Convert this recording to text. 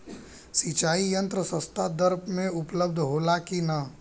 सिंचाई यंत्र सस्ता दर में उपलब्ध होला कि न?